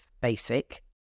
basic